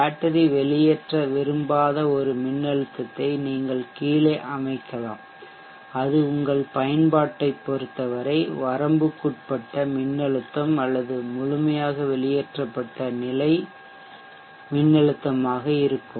battery வெளியேற்ற விரும்பாத ஒரு மின்னழுத்தத்தை நீங்கள் கீழே அமைக்கலாம் அது உங்கள் பயன்பாட்டைப் பொருத்தவரை வரம்புக்குட்பட்ட மின்னழுத்தம் அல்லது முழுமையாக வெளியேற்றப்பட்ட நிலை மின்னழுத்தமாக இருக்கும்